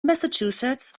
massachusetts